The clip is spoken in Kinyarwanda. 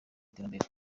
iterambere